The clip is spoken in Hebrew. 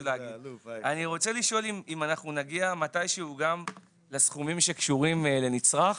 אני רוצה לשאול אם אנחנו נגיע מתי שהוא גם לסכומים שקשורים לנצרך.